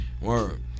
Word